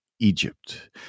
Egypt